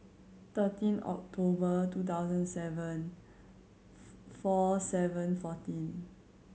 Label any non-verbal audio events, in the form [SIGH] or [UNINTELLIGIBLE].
thirteen October two thousand seven [UNINTELLIGIBLE] four seven fourteen